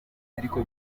ariko